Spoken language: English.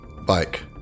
bike